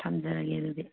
ꯊꯝꯖꯔꯒꯦ ꯑꯗꯨꯗꯤ